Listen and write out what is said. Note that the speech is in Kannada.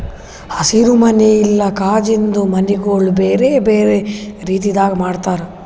ಹಸಿರು ಮನಿ ಇಲ್ಲಾ ಕಾಜಿಂದು ಮನಿಗೊಳ್ ಬೇರೆ ಬೇರೆ ರೀತಿದಾಗ್ ಮಾಡ್ತಾರ